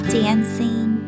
dancing